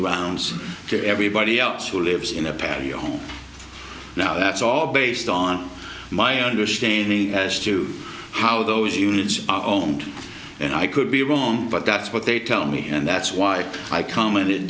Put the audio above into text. grounds to everybody else who lives in the past now that's all based on my understanding as to how those units are owned and i could be wrong but that's what they tell me and that's why i commented